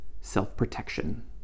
self-protection